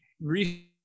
recently